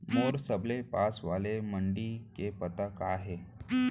मोर सबले पास वाले मण्डी के पता का हे?